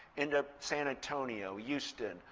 into san antonio, houston,